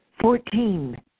Fourteen